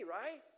right